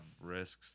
risks